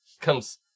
comes